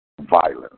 Violence